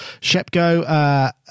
Shepgo